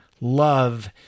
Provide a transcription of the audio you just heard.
love